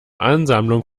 ansammlung